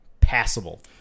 passable